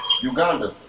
Uganda